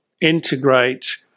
integrate